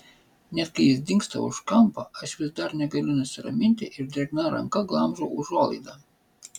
net kai jis dingsta už kampo aš vis dar negaliu nusiraminti ir drėgna ranka glamžau užuolaidą